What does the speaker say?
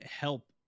help